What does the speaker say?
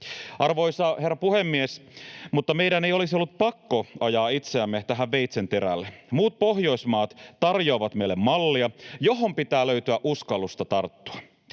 Arvoisa herra puhemies! Meidän ei olisi ollut pakko ajaa itseämme veitsenterälle. Muut Pohjoismaat tarjoavat meille mallia, johon pitää löytyä uskallusta tarttua.